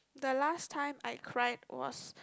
the last time I cry was